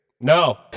No